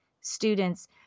students